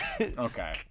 Okay